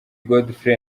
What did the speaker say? godfrey